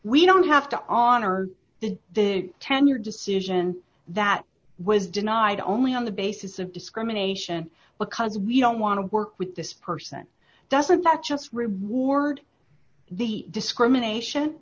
we don't have to honor the ten year decision that was denied only on the basis of discrimination because we don't want to work with this person doesn't that just reward the discrimination